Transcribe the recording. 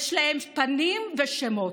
יש להם פנים ושמות.